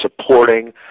supporting